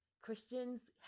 Christians